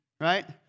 right